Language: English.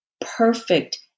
perfect